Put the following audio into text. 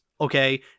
Okay